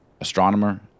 astronomer